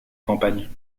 campagne